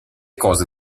cose